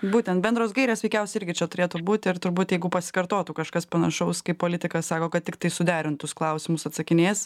būtent bendros gairės veikiausiai irgi čia turėtų būti ir turbūt jeigu pasikartotų kažkas panašaus kaip politikas sako kad tiktai suderintus klausimus atsakinės